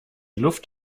luft